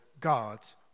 God's